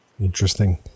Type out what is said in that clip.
Interesting